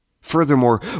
Furthermore